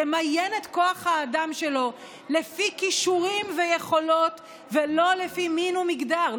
ימיין את כוח האדם שלו לפי כישורים ויכולות ולא לפי מין ומגדר,